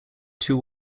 two